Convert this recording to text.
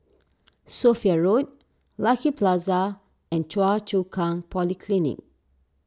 Sophia Road Lucky Plaza and Choa Chu Kang Polyclinic